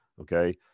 okay